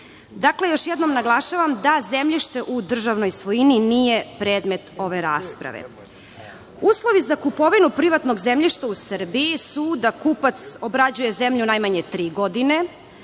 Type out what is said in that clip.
Dakle, još jednom naglašavam da zemljište u državnoj svojini nije predmet ove rasprave. Uslovi za kupovinu privatnog zemljišta u Srbiji su da kupac obrađuje zemlju najmanje tri godine,